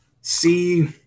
see